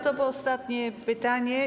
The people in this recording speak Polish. To było ostatnie pytanie.